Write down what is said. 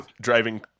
driving